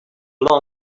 long